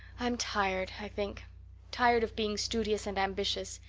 i'm tired, i think tired of being studious and ambitious.